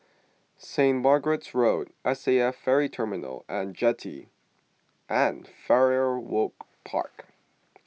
Saint Margaret's Road S A F Ferry Terminal and Jetty and Farrer Walk Park